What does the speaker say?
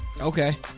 Okay